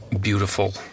beautiful